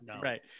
Right